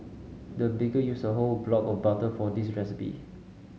the baker used a whole block of butter for this recipe